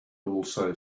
also